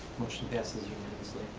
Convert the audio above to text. motion passes unanimously.